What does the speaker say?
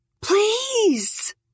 please